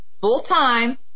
full-time